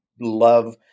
love